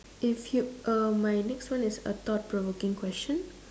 if you uh my next one is a thought provoking question